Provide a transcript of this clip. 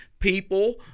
people